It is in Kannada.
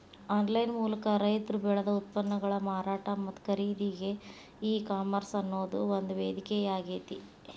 ಆನ್ಲೈನ್ ಮೂಲಕ ರೈತರು ಬೆಳದ ಉತ್ಪನ್ನಗಳ ಮಾರಾಟ ಮತ್ತ ಖರೇದಿಗೆ ಈ ಕಾಮರ್ಸ್ ಅನ್ನೋದು ಒಂದು ವೇದಿಕೆಯಾಗೇತಿ